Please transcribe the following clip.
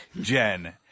Jen